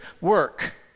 work